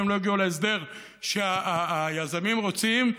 ואם לא הגיעו להסדר שהיזמים רוצים,